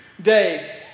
Day